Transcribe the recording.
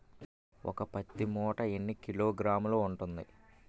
ఒక పత్తి మూట ఎన్ని కిలోగ్రాములు ఉంటుంది?